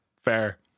Fair